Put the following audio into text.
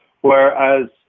whereas